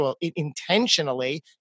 intentionally